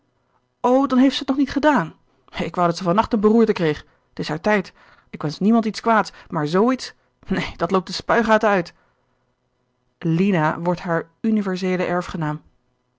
dan heeft zij t nog niet gedaan ik wou dat ze van nacht een beroerte kreeg t is haar tijd ik wensch niemand iets kwaads maar z iets neen dat loopt de spuigaten uit lina wordt hare universele